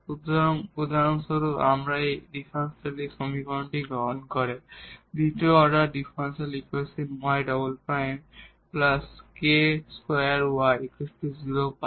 সুতরাং উদাহরণস্বরূপ আমরা এই ডিফারেনশিয়াল সমীকরণটি গ্রহণ করে দ্বিতীয় order differential equation y " k2y 0 পাই